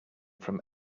from